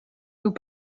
nous